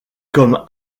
comme